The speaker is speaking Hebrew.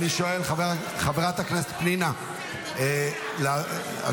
חבר הכנסת רם בן ברק, די.